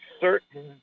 certain